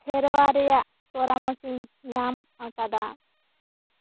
ᱥᱮᱨᱣᱟ ᱨᱮᱭᱟᱜ ᱯᱚᱨᱟᱢᱚᱥ ᱤᱧ ᱧᱟᱢ ᱟᱠᱟᱫᱟ